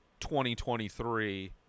2023